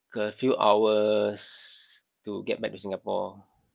a few hours to get back to Singapore